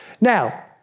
Now